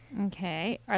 Okay